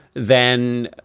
then